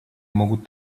могут